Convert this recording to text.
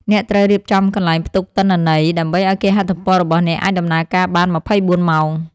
អ្នកត្រូវរៀបចំកន្លែងផ្ទុកទិន្នន័យ ដើម្បីឱ្យគេហទំព័ររបស់អ្នកអាចដំណើរការបាន ២៤ ម៉ោង។